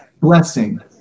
blessing